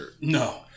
No